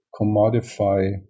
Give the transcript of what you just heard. commodify